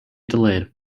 delayed